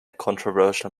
controversial